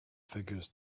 figures